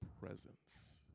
presence